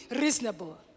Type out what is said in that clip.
reasonable